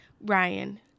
Ryan